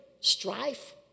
strife